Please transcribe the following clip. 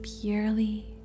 purely